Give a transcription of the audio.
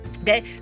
okay